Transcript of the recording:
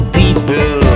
people